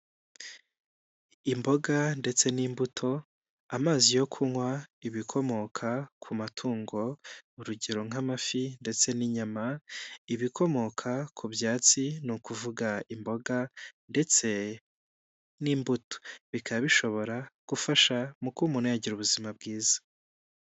Imboga ndetse n'imbuto, amazi yo kunywa ibikomoka ku matungo urugero nk'amafi ndetse n'inyama ibikomoka ku byatsi, ni ukuvuga imboga ndetse n'imbuto bikaba bishobora gufasha mu kuba umuntu yagira ubuzima bwiza.